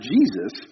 Jesus